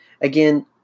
again